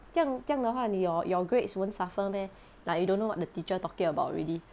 这样这样的话你 your your grades won't suffer meh like you don't know what the teacher talking about already